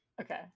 Okay